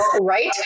Right